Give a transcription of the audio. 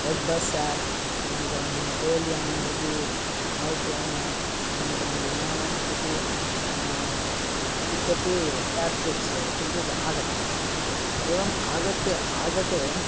red bus app अनन्तरं रेल्यानं प्रति मै ट्रैन् एप् अनन्तरं विमानं प्रति इत्यपि एप् कुच् किञ्चित् आगतम् अस्ति एवम् आगत्य आगते